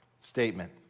statement